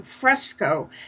fresco